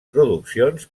produccions